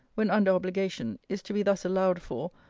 when under obligation, is to be thus allowed for,